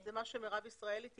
זה מה שמרב ישראלי תיקנה.